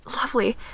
Lovely